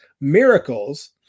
miracles